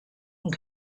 and